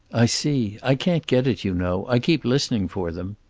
i see. i can't get it, you know. i keep listening for them.